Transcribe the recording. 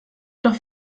doch